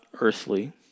earthly